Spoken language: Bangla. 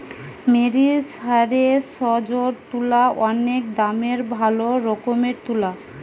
মেরিসারেসজড তুলা অনেক দামের ভালো রকমের তুলা